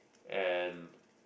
and